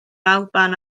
alban